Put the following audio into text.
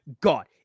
God